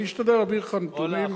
אני אשתדל להביא לך נתונים.